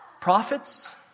prophets